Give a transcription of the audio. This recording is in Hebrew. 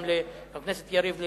גם לחבר הכנסת יריב לוין,